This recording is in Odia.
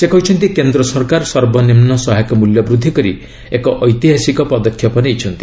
ସେ କହିଛନ୍ତି କେନ୍ଦ୍ର ସରକାର ସର୍ବନିମ୍ନ ସହାୟକ ମୂଲ୍ୟ ବୃଦ୍ଧି କରି ଏକ ଐତିହାସିକ ପଦକ୍ଷେପ ନେଇଛନ୍ତି